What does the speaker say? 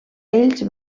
ells